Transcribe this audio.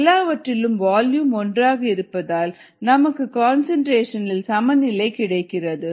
எல்லாவற்றிலும் வால்யூம் ஒன்றாக இருப்பதால் நமக்கு கன்சன்ட்ரேஷன் இல் சமநிலை கிடைக்கிறது